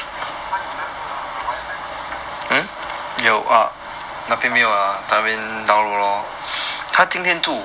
eh 他有那个 wifi meh